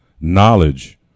knowledge